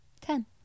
Ten